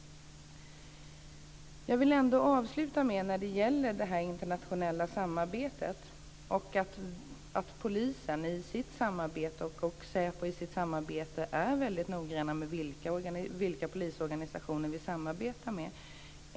Jag vill avsluta med att när det gäller det internationella samarbetet peka på att polisen i sitt samarbete och säpo i sitt samarbete är väldigt noga med vilka polisorganisationer vi samarbetar med.